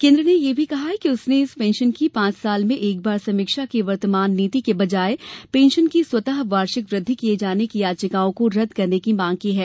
केंद्र ने यह भी कहा कि उसने इस पेंशन की पांच साल में एक बार समीक्षा की वर्तमान नीति के बजाए पेंशन की स्वतः वार्षिक वृद्वि किए जाने की याचिकाओं को रद्द करने की मांग की है